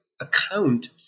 account